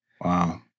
Wow